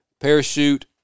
Parachute